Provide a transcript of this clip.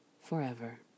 forever